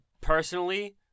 personally